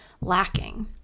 Lacking